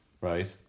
Right